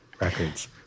records